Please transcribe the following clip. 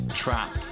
trap